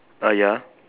ah ya